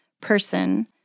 person